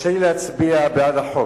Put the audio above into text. קשה לי להצביע בעד החוק,